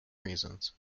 reasons